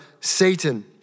Satan